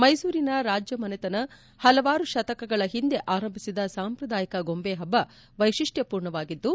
ಮೈಸೂರಿನ ರಾಜ್ಯಮನೆತನ ಹಲವಾರು ಶತಕಗಳ ಹಿಂದೆ ಆರಂಭಿಸಿದ ಸಾಂಪ್ರದಾಯಕ ಗೊಂಬೆ ಹಬ್ಬ ವೈಶಿಷ್ಟಪೂರ್ಣವಾಗಿದ್ದು